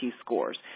scores